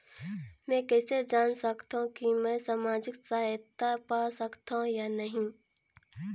मै कइसे जान सकथव कि मैं समाजिक सहायता पा सकथव या नहीं?